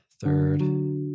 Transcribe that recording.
third